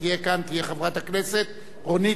תהיה חברת הכנסת רונית תירוש.